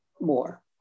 more